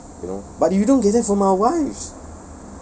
you know but you don't get that from our wives